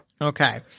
Okay